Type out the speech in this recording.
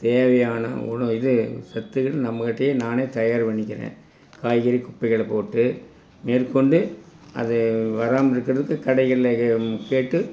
தேவையான உண இது சத்துகள் நம்மகிட்டயே நானே தயார் பண்ணிக்கிறேன் காய்கறி குப்பைகள போட்டு மேற்கொண்டு அது வராமல் இருக்கிறதுக்கு கடைகளில் கேட்டு